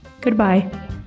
goodbye